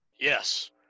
yes